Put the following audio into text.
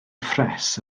ffres